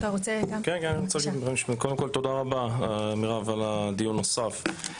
קודם כל, מירב, תודה רבה על הדיון הנוסף.